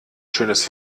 schönes